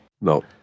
No